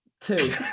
Two